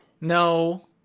No